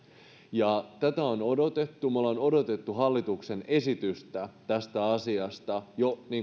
ja tätä on odotettu me olemme odottaneet hallituksen esitystä tästä asiasta jo